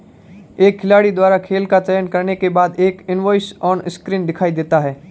एक खिलाड़ी द्वारा खेल का चयन करने के बाद, एक इनवॉइस ऑनस्क्रीन दिखाई देता है